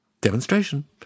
Demonstration